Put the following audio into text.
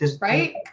Right